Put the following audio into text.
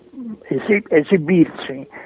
esibirsi